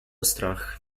strach